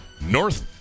north